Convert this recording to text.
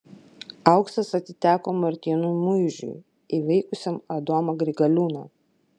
auksas atiteko martynui muižiui įveikusiam adomą grigaliūną